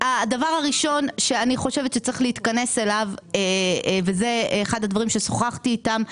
הדבר הראשון שצריך להתכנס אליו וזה אחד הדברים ששוחתי איתם,